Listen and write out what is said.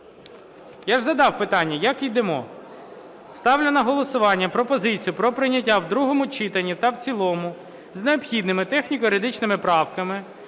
Я ж задавав питання: як йдемо? Ставлю на голосування пропозицію про прийняття в другому читанні та в цілому, з необхідними техніко-юридичними правками,